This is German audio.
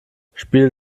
spiel